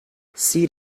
seed